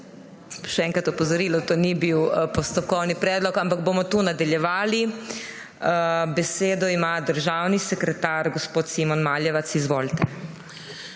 Še enkrat opozorilo, to ni bil postopkovni predlog. Ampak bomo tu nadaljevali. Besedo ima državni sekretar gospod Simon Maljevac. Izvolite.